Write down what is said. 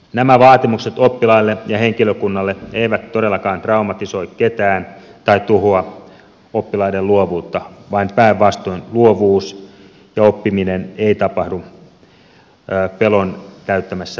nämä vaatimukset oppilaille ja henkilökunnalle eivät todellakaan traumatisoi ketään tai tuhoa oppilaiden luovuutta vaan päinvastoin luovuus ja oppiminen eivät tapahdu pelon täyttämässä ilmapiirissä